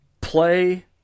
play